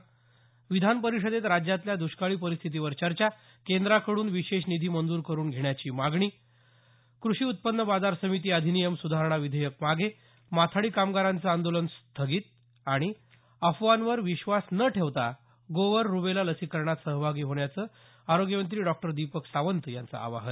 प विधान परिषदेत राज्यातल्या दुष्काळी परिस्थितीवर चर्चा केंद्राकडून विशेष निधी मंजूर करून घेण्याची मागणी प कृषी उत्पन्न बाजार समिती अधिनियम सुधारणा विधेयक मागे माथाडी कामगारांचं आंदोलन स्थगित आणि प अफवांवर विश्वास न ठेवता गोवर रुबेला लसीकरणात सहभाग घेण्याचं आरोग्यमंत्री डॉक्टर दीपक सावंत यांचं आवाहन